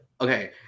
okay